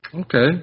Okay